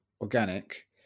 organic